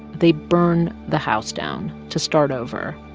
they burn the house down to start over.